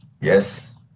Yes